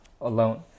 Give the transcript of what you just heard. alone